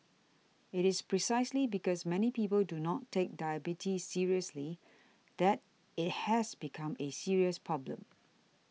it is precisely because many people do not take diabetes seriously that it has become a serious problem